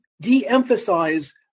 de-emphasize